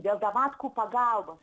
dėl davatkų pagalbos